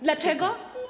Dlaczego?